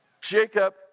Jacob